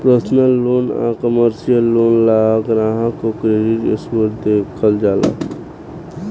personal loan आ commercial loan ला ग्राहक के क्रेडिट स्कोर देखल जाला